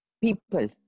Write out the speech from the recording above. people